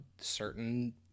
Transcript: certain